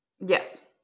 Yes